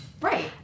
Right